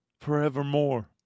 forevermore